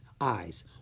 eyes